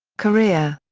career.